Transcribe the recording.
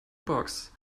box